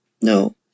No